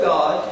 God